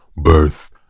birth